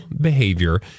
behavior